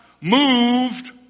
moved